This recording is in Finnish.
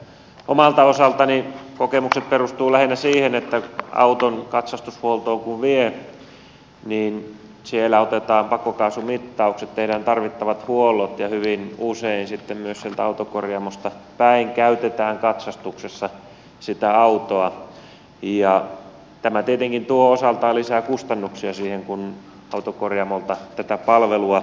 omalta osaltani kokemukset perustuvat lähinnä siihen että auton katsastushuoltoon kun vie niin siellä otetaan pakokaasumittaukset tehdään tarvittavat huollot ja hyvin usein sitten myös sieltä autokorjaamosta päin käytetään katsastuksessa sitä autoa ja tämä tietenkin tuo osaltaan lisää kustannuksia siihen kun autokorjaamolta tätä palvelua ostaa